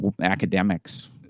academics